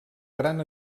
gran